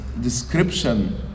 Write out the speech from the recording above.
description